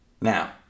Now